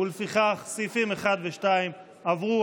לפיכך, סעיפים 1 ו-2 עברו.